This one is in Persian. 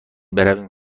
برویم